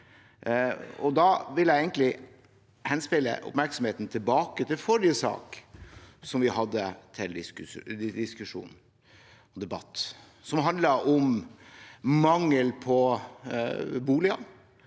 Da vil jeg egentlig henspille oppmerksomheten tilbake til forrige sak som vi hadde til diskusjon og debatt, som handlet om mangel på boliger,